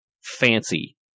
fancy